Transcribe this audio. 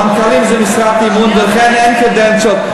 מנכ"לים זה משרת אמון ולכן אין קדנציות.